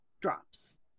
drops